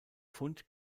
fund